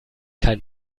kein